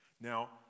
Now